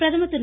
பிரதமா் திரு